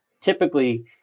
typically